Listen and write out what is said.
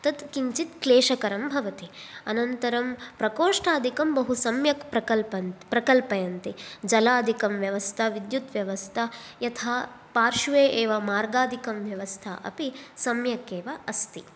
तत् किञ्चित् क्लेशकरं भवति अनन्तरं प्रकोष्टादिकं बहु सम्यक् प्रकल्पन्त् प्रकल्पयन्ति जलाधिकं व्यवस्था विद्युत् व्यवस्था यथा पार्श्वे एव मार्गाधिकं व्यवस्था अपि सम्यक् एव अस्ति